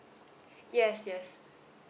yes yes